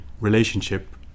relationship